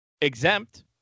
exempt